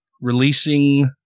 releasing